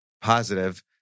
positive